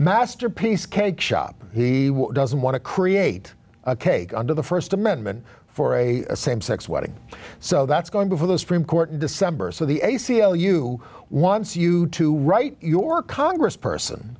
masterpiece cake shop he doesn't want to create a cake under the st amendment for a same sex wedding so that's going before the supreme court december so the a c l u wants you to write your congressperson